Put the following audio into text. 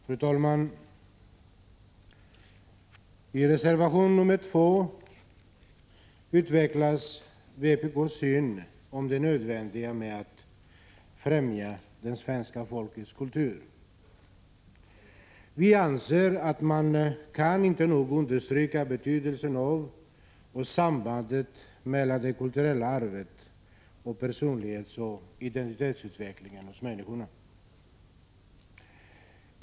Fru talman! I reservation nr 2 utvecklas vpk:s uppfattning att det är nödvändigt att främja svenska folkets kultur. Vi anser att man inte nog kan understryka betydelsen av det kulturella arvet och sambandet mellan det och personlighetsoch identitetsutvecklingen hos människorna.